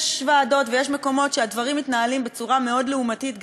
יש ועדות ויש מקומות שבהם הדברים מתנהלים בצורה מאוד לעומתית,